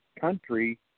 country